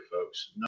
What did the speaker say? folks